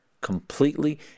completely